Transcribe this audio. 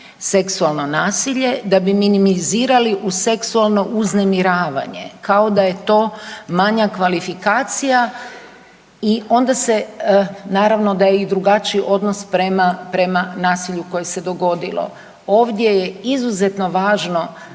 seksualno nasilje da bi minimizirali u seksualno uznemiravanje kao da je to manja kvalifikacija i onda se naravno da je i drugačiji odnos prema nasilju koje se dogodilo. Ovdje je izuzetno važno